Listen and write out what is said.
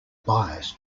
bias